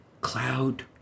cloud